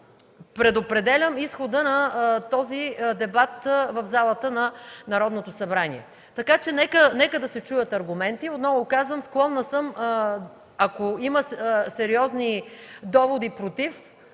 предопределям изхода на този дебат в залата на Народното събрание. Нека да се чуят аргументи. Отново казвам – склонна съм, ако има сериозни доводи „против”,